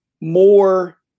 more